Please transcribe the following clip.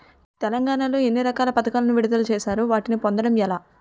తెలంగాణ లో ఎన్ని రకాల పథకాలను విడుదల చేశారు? వాటిని పొందడం ఎలా?